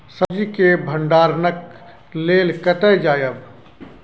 सब्जी के भंडारणक लेल कतय जायब?